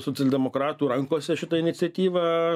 socialdemokratų rankose šita iniciatyva